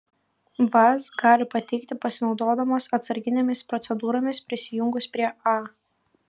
vaz gali pateikti pasinaudodamos atsarginėmis procedūromis prisijungus prie a